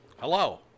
Hello